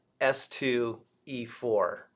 S2E4